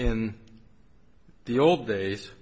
in the old days